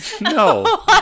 No